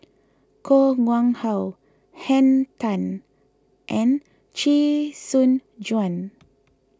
Koh Nguang How Henn Tan and Chee Soon Juan